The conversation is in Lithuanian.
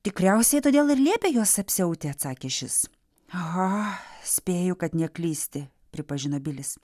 tikriausiai todėl ir liepė juos apsiauti atsakė šis aha spėju kad neklysti pripažino bilis